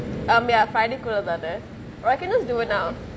um ya friday குல்லே தானே:kulle thaane or I can just do it now